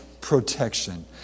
protection